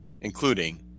including